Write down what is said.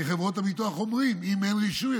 כי חברות הביטוח אומרות: אם אין רישוי,